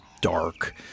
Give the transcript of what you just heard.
dark